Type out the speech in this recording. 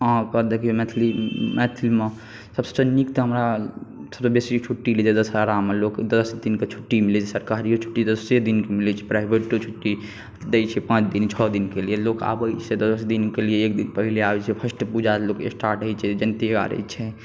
अहाँके देखियौ मैथिलमे मैथिलीमे सभसँ नीक तऽ हमरा सभसँ बेसी छुट्टी लै छै दशहरामे लोक दस दिनके छुट्टी मिलै छै सरकारियो छुट्टी दसे दिनका भेटै छै आओर प्राइवेट छुट्टी दै छै पाँच दिन छओ दिनके लिए लोक आबै छै दस दिनके लिए आबै छै फर्स्ट पुजा लोक स्टॉर्टे करै छै जयन्ती गारै छै